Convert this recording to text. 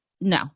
no